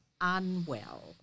unwell